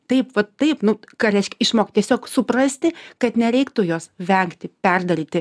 taip vat taip nu ką reiškia išmokt tiesiog suprasti kad nereiktų jos vengti perdaryti